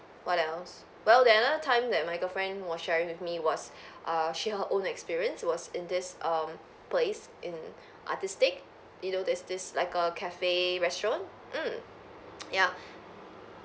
what else well that another time that my girlfriend was sharing with me was err she her own experience was in this um place in Arteastiq you know there's this like a cafe restaurant mm ya